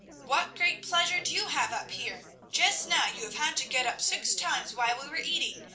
what great pleasure do you have up here? just now you have had to get up six times while we were eating,